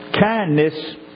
kindness